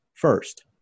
first